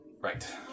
Right